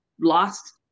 lost